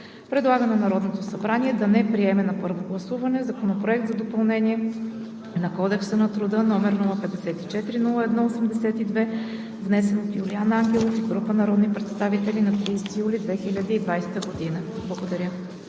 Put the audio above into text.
предлага на Народното събрание да не приеме на първо гласуване Законопроект за допълнение на Кодекса на труда, № 054-01-82, внесен от Юлиан Кръстев Ангелов и група народни представители на 30 юли 2020 г.“ Благодаря.